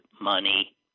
money